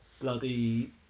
bloody